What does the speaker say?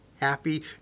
happy